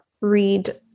read